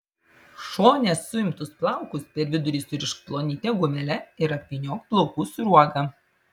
šone suimtus plaukus per vidurį surišk plonyte gumele ir apvyniok plaukų sruoga